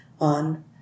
on